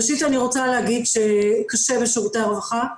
ראשית, אני רוצה להגיד שקשה בשירותי הרווחה.